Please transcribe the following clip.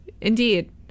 Indeed